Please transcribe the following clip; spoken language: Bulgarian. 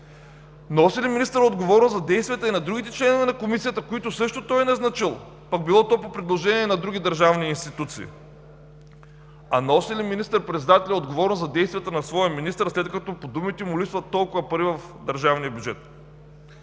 Носи ли отговорност министърът за действията и на другите членове на Комисията, които той също е назначил, пък било то по предложение на други държавни институции? А носи ли министър-председателят отговорност за действията на своя министър, след като по думите му липсват толкова пари в държавния бюджет?